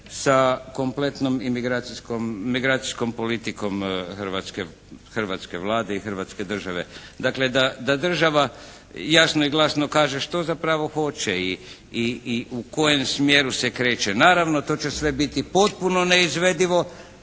sa kompletnom migracijskom politikom hrvatske Vlade i Hrvatske države. Dakle, da država jasno i glasno kaže što zapravo hoće i u kojem smjeru se kreće. Naravno to će sve biti potpuno neizvedivo